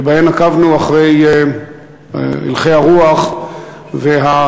ובו עקבנו אחרי הלכי הרוח והנושאים